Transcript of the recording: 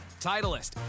Titleist